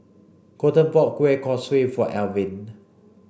Kolten bought Kueh Kosui for Elvin